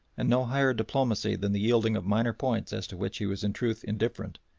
and no higher diplomacy than the yielding of minor points as to which he was in truth indifferent,